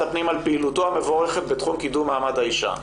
הפנים על פעילותו המבורכת בתחום קידום מעמד האישה.